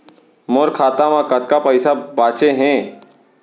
मोर खाता मा कतका पइसा बांचे हे?